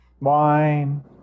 Wine